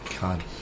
God